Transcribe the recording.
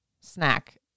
snack